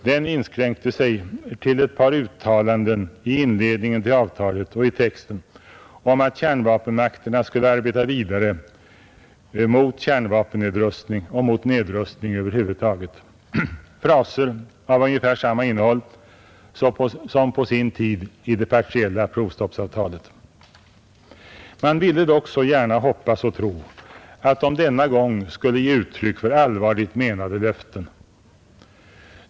Den inskränkte sig till ett par uttalanden i inledningen till avtalet och i texten om att kärnvapenmakterna skulle arbeta vidare mot kärnvapennedrustning och mot nedrustning över huvud taget — fraser av ungefär samma innehåll som i sin tid det partiella provstoppsavtalet. Man ville dock så gärna hoppas och tro att de denna gång skulle ge uttryck för allvarligt menade löften.